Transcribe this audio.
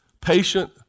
patient